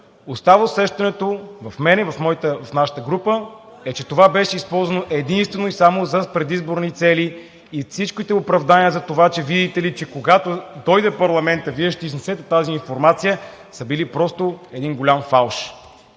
остава усещането – в мен, в нашата група, че това беше използвано единствено и само за предизборни цели и всичките оправдания за това, че видите ли, когато дойде парламентът, Вие ще изнесете тази информация, са били просто един голям фалш.